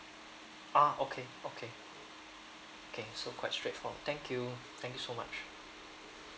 ah okay okay okay so quite straight forward thank you thank you so much